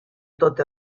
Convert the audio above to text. tot